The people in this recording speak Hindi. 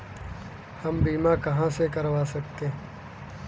हम बीमा कहां से करवा सकते हैं?